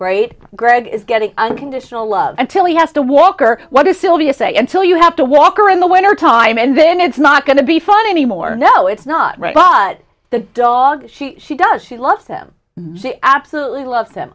right greg is getting unconditional love until he has to walk or what or sylvia say until you have to walk around in the wintertime and then it's not going to be fun anymore no it's not right but the dog she she does she loves them they absolutely love them